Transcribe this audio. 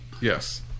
Yes